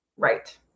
Right